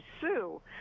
sue